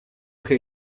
che